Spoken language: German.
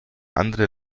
andere